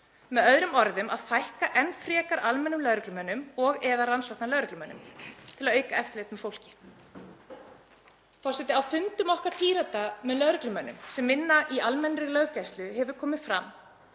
Með öðrum orðum að fækka enn frekar almennum lögreglumönnum og/eða rannsóknarlögreglumönnum til að auka eftirlit með fólki. Forseti. Á fundum okkar Pírata með lögreglumönnum sem vinna í almennri löggæslu hefur komið fram